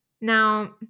Now